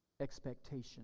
expectation